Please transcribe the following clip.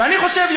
ואני חושב,